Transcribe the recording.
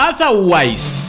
Otherwise